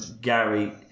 gary